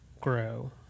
grow